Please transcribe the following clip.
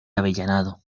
avellanado